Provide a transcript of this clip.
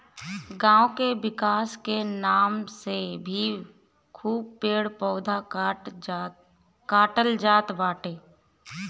गांव के विकास के नाम पे भी खूब पेड़ पौधा काटल जात बाटे